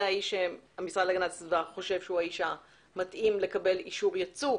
האיש שהמשרד להגנת הסביבה חושב שהוא האיש שמתאים לקבל אישור יצוא.